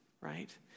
right